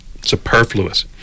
superfluous